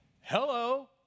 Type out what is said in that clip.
Hello